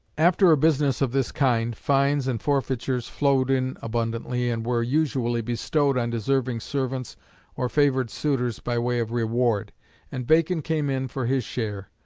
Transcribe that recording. after a business of this kind, fines and forfeitures flowed in abundantly, and were usually bestowed on deserving servants or favoured suitors by way of reward and bacon came in for his share.